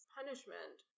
punishment